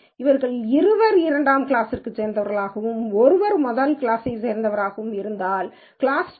அவர்களில் இருவர் 2 ஆம் கிளாஸைச் சேர்ந்தவர்களாகவும் ஒருவர் 1 ஆம் கிளாஸைச் சேர்ந்தவராகவும் இருந்தால் கிளாஸ் 2